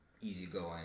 easygoing